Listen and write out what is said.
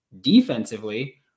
Defensively